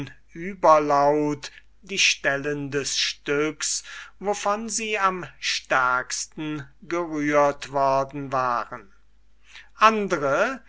überlaut die stellen des stücks wovon sie am stärksten gerührt worden waren